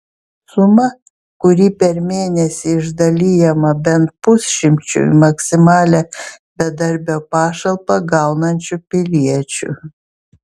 suma kuri per mėnesį išdalijama bent pusšimčiui maksimalią bedarbio pašalpą gaunančių piliečių